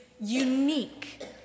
unique